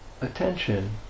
attention